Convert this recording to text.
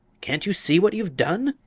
can't you see what you've done?